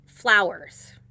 Flowers